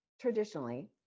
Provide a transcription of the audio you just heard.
traditionally